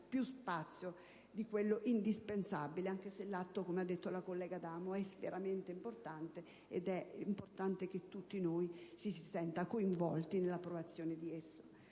più tempo di quello indispensabile, anche se l'atto - come ha detto la collega Adamo - è veramente importante ed è rilevante che tutti noi ci sentiamo coinvolti nella sua approvazione.